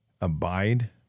abide